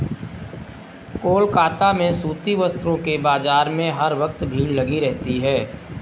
कोलकाता में सूती वस्त्रों के बाजार में हर वक्त भीड़ लगी रहती है